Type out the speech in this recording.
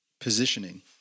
positioning